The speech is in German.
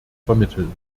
vermitteln